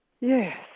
yes